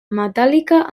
metàl·lica